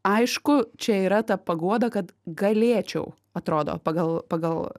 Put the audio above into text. aišku čia yra ta paguoda kad galėčiau atrodo pagal pagal